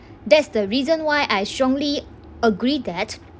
that's the reason why I strongly agree that